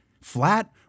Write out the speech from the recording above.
flat